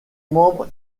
membres